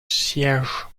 siège